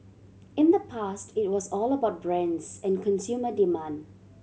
in the past it was all about brands and consumer demand